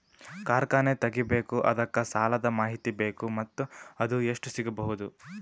ಕಾರ್ಖಾನೆ ತಗಿಬೇಕು ಅದಕ್ಕ ಸಾಲಾದ ಮಾಹಿತಿ ಬೇಕು ಮತ್ತ ಅದು ಎಷ್ಟು ಸಿಗಬಹುದು?